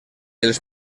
els